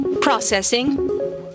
Processing